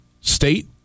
state